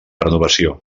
renovació